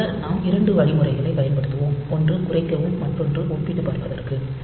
பொதுவாக நாம் இரண்டு வழிமுறைகளை பயன்படுத்துவோம் ஒன்று குறைக்கவும் மற்றொன்று ஒப்பிட்டுப் பார்பதற்கு